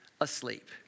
asleep